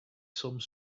some